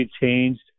changed